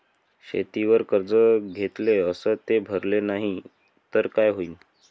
शेतीवर कर्ज घेतले अस ते भरले नाही तर काय होईन?